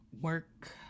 work